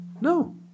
No